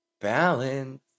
balance